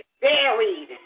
buried